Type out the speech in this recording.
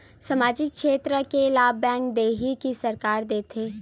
सामाजिक क्षेत्र के लाभ बैंक देही कि सरकार देथे?